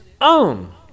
own